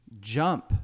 Jump